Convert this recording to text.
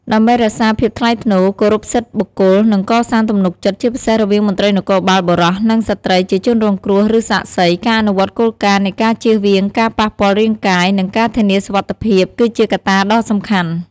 ដើម្បីរក្សាភាពថ្លៃថ្នូរ គោរពសិទ្ធិបុគ្គល និងកសាងទំនុកចិត្ត ជាពិសេសរវាងមន្ត្រីនគរបាលបុរស និងស្ត្រីជាជនរងគ្រោះ ឬសាក្សី ការអនុវត្តគោលការណ៍នៃការជៀសវាងការប៉ះពាល់រាងកាយ និងការធានាសុវត្ថិភាព គឺជាកត្តាដ៏សំខាន់។